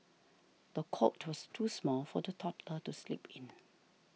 the cot was too small for the toddler to sleep in